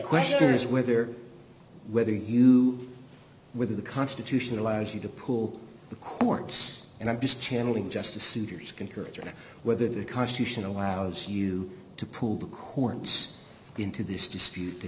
question is whether whether you within the constitution allows you to pull the courts and i'm just channeling justice souter's concurrence or whether the constitution allows you to pull the courts into this dispute that